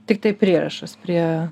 tiktai prierašas prie